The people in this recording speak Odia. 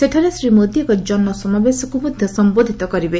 ସେଠାରେ ଶ୍ରୀ ମୋଦି ଏକ ଜନ ସମାବେଶକୁ ମଧ୍ୟ ସମ୍ଭୋଧୂତ କରିବେ